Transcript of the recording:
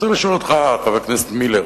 חבר הכנסת מילר,